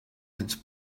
its